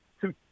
two